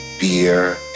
beer